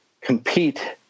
compete